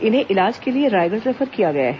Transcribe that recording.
इन्हें इलाज के लिए रायगढ़ रेफर किया गया है